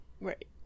Right